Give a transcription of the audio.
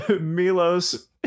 Milos